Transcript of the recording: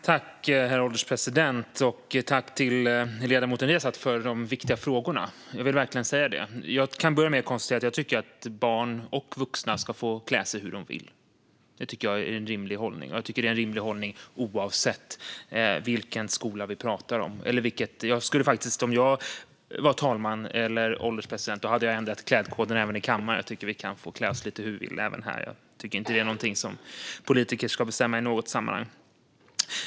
Herr ålderspresident! Tack, ledamoten Riazat, för de viktiga frågorna! Det vill jag verkligen säga. Jag kan börja med att konstatera att jag tycker att barn och vuxna ska få klä sig hur de vill. Detta tycker jag är en rimlig hållning, oavsett vilken skola vi pratar om. Om jag var talman eller ålderspresident hade jag faktiskt ändrat klädkoden även i kammaren. Jag tycker att vi kan få klä oss lite hur vi vill också här. Jag tycker inte att detta är något som politiker ska bestämma i något sammanhang.